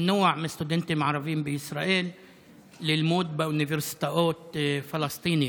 למנוע מסטודנטים ערבים בישראל ללמוד באוניברסיטאות פלסטיניות.